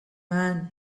man